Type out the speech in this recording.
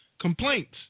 complaints